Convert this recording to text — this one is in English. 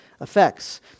effects